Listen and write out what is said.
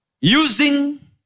using